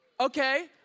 Okay